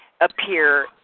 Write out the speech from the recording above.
appear